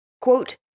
Quote